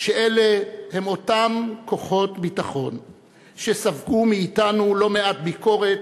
שאלה הם אותם כוחות הביטחון שספגו מאתנו לא מעט ביקורת,